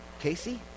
Casey